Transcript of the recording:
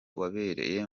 wabereye